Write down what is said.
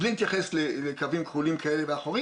בלי להתייחס לקווים כחולים כאלה ואחרים,